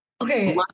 okay